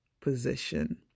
position